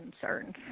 concerns